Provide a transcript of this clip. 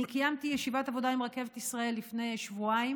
אני קיימתי ישיבת עבודה עם רכבת ישראל לפני שבועיים